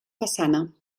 façana